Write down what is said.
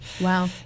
Wow